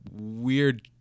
weird